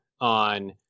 on